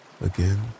Again